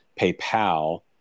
PayPal